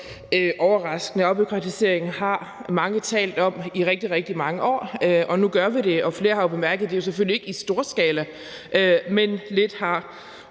overraskende. Afbureaukratisering har mange talt om i rigtig, rigtig mange år, og nu gør vi det. Flere har jo bemærket, at det selvfølgelig ikke er i storskala, men lidt har